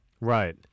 Right